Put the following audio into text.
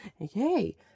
Okay